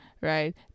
right